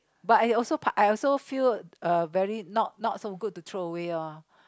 but I also I also feel uh very not so good to throw away loh